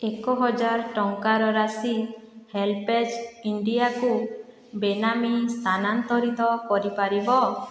ଏକହଜାର ଟଙ୍କାର ରାଶି ହେଲ୍ପେଜ୍ ଇଣ୍ଡିଆକୁ ବେନାମୀ ସ୍ଥାନାନ୍ତରିତ କରିପାରିବ